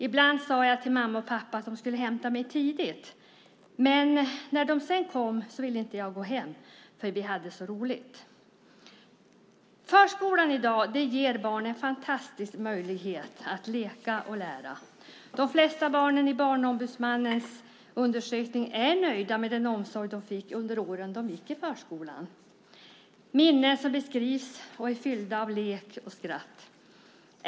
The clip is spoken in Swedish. Ibland sade jag till mamma och pappa att de skulle hämta mig tidigt, men när de sedan kom ville inte jag gå hem för vi hade så roligt. Förskolan i dag ger barn en fantastisk möjlighet att leka och lära. De flesta barnen i Barnombudsmannens undersökning är nöjda med den omsorg de fick under åren de gick i förskolan. Minnena som beskrivs är fyllda av lek och skratt.